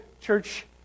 Church